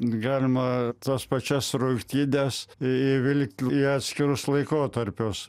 galima tas pačias rungtynes įvilkti į atskirus laikotarpius